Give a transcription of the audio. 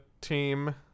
team